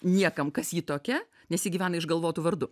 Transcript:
niekam kas ji tokia nes ji gyvena išgalvotu vardu